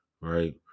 right